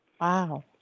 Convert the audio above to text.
Wow